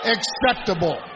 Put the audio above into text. acceptable